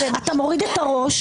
אם אתה עכשיו מוריד את הראש,